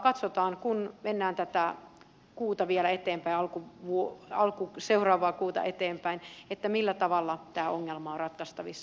katsotaan kun mennään tätä kuuta vielä eteenpäin ja seuraavaa kuuta eteenpäin millä tavalla tämä ongelma on ratkaistavissa